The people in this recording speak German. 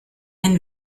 ein